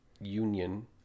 union